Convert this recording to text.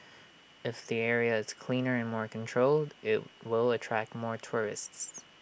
if the area is cleaner and more controlled IT will attract more tourists